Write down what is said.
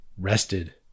rested